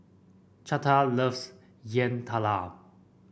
Chante loves Yam Talam